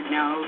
no